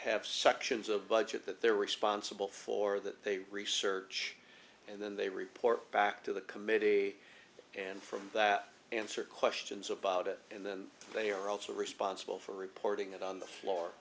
have sections of budget that their responsibility for that they research and then they report back to the committee and from that answer questions about it and then they are also responsible for reporting it on the floor